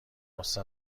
غصه